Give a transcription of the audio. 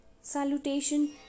Salutation